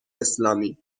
اسلامی